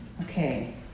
Okay